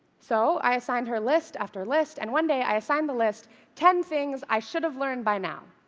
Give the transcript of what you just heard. so i assigned her list after list, and one day i assigned the list ten things i should have learned by now.